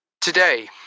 Today